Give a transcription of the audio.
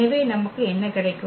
எனவே நமக்கு என்ன கிடைக்கும்